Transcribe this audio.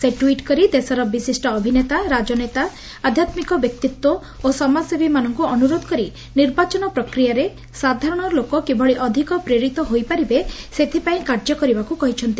ସେ ଟି୍ୱିଟ୍ କରି ଦେଶର ବିଶିଷ୍ ଅଭିନେତା ରାକନେତା ଆଧ୍ଧାତ୍କିକ ବ୍ୟକ୍ତିତ୍ୱ ଓ ସମାଜସେବୀମାନଙ୍କୁ ଅନୁରୋଧ କରି ନିର୍ବାଚନ ପ୍ରକ୍ରିୟାରେ ସାଧାରଣ ଲୋକ କିଭଳି ଅଧିକ ପ୍ରେରିତ ହୋଇପାରିବେ ସେଥ୍ପାଇଁ କାର୍ଯ୍ୟକରିବାକୁ କହିଛନ୍ତି